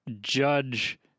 judge